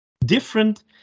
different